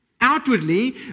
outwardly